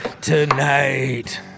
tonight